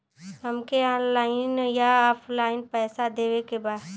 हमके ऑनलाइन या ऑफलाइन पैसा देवे के बा?